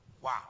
Wow